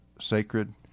sacred